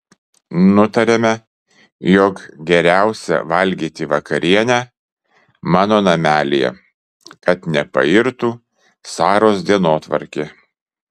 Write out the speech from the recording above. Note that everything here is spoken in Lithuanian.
nutariame jog geriausia valgyti vakarienę mano namelyje kad nepairtų saros dienotvarkė